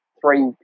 three